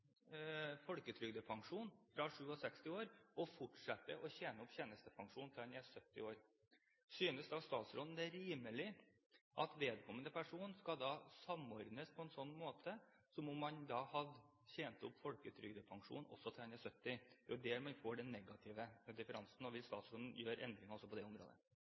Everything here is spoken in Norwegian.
fra 67 år og fortsetter å tjene opp tjenestepensjon til han er 70 år. Synes statsråden det er rimelig at vedkommende persons trygd skal samordnes som om han hadde tjent opp folketrygdpensjon til han er 70 år? Det er der man får den negative differansen. Vil statsråden gjøre endringer også på det området?